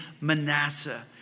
Manasseh